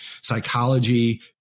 psychology